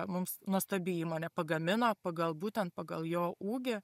mums nuostabi įmonė pagamino pagal būtent pagal jo ūgį